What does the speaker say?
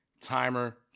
timer